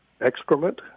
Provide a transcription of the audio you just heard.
excrement